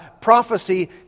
prophecy